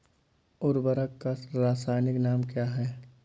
उर्वरक का रासायनिक नाम क्या है?